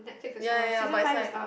ya ya ya but is like